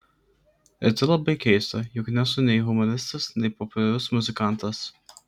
ir tai labai keista juk nesu nei humoristas nei populiarus muzikantas